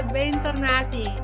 bentornati